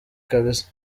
kbs